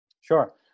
Sure